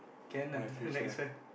can lah the next one